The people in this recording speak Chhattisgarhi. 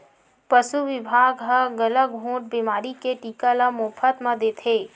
पसु बिभाग ह गलाघोंट बेमारी के टीका ल मोफत म देथे